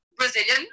Brazilian